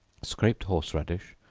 scraped horse-radish,